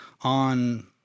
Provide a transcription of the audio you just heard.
on